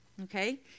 Okay